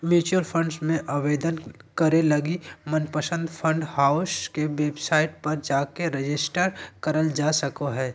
mutual fund मे आवेदन करे लगी मनपसंद फंड हाउस के वेबसाइट पर जाके रेजिस्टर करल जा सको हय